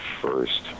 first